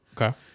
Okay